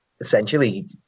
essentially